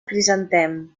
crisantem